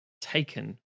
taken